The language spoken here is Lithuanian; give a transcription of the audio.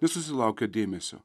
nesusilaukia dėmesio